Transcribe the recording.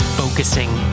focusing